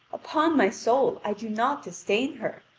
upon my soul, i do not disdain her.